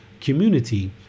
community